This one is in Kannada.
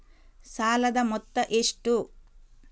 ಸಾಲದ ಮೊತ್ತ ಎಷ್ಟು?